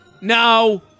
no